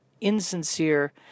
insincere